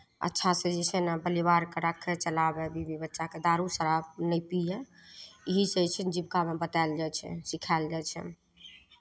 अच्छासँ जे छै ने परिवारके राखय चलाबय बीबी बच्चाके दारू शराब नहि पियए यही सभ जे छै ने जीविकामे बतायल जाइ छै सिखायल जाइ छै